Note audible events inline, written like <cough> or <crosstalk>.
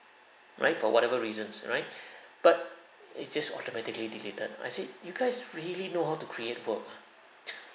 right for whatever reasons right <breath> but it's just automatically deleted I said you guys really know how to create work ah <laughs>